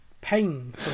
pain